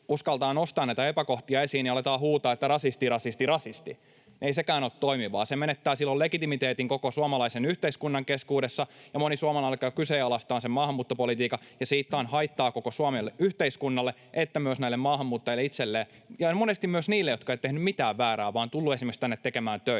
uskaltaa nostaa näitä epäkohtia esiin, niin aletaan huutaa, että ”rasisti, rasisti, rasisti”. Ei sekään ole toimivaa. Se menettää silloin legitimiteetin koko suomalaisen yhteiskunnan keskuudessa, ja moni suomalainen alkaa kyseenalaistaa sen maahanmuuttopolitiikan, ja siitä on haittaa koko suomalaiselle yhteiskunnalle kuten myös näille maahanmuuttajille itselleen — monesti myös niille, jotka eivät ole tehneet mitään väärää vaan tulleet tänne esimerkiksi tekemään töitä.